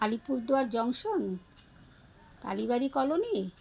Alipurduar junction Kalibari colony